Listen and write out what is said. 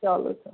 چلو چلو